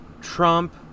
Trump